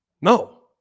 no